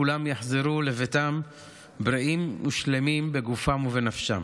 כולם יחזרו לביתם בריאים ושלמים בגופם ובנפשם.